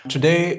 Today